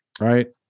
right